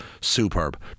superb